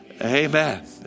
amen